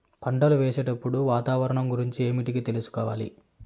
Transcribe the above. పంటలు వేసేటప్పుడు వాతావరణం గురించి ఏమిటికి తెలుసుకోవాలి?